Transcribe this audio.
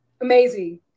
Amazing